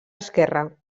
esquerra